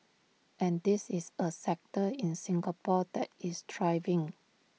and this is A sector in Singapore that is thriving